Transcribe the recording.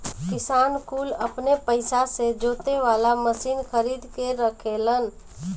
किसान कुल अपने पइसा से जोते वाला मशीन खरीद के रखेलन